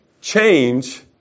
change